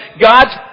God's